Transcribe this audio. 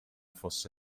fosse